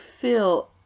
fill